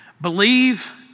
believe